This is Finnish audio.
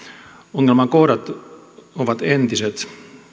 ongelmakohdat ovat entiset